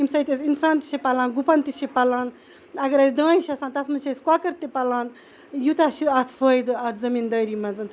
ییٚمہِ سۭتۍ اَسہِ اِنسان تہِ چھِ پَلان گُپَن تہِ چھِ پَلان اگر اَسہِ دانہِ تہِ چھُ آسان تتھ مَنٛز چھِ أسۍ کۄکر تہِ پَلان یوٗتاہ چھُ اتھ فٲیدٕ اتھ زمیٖندٲری مَنٛز